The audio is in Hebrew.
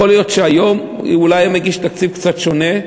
יכול להיות שהיום אולי הוא היה מגיש תקציב קצת שונה,